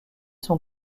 sont